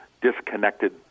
disconnected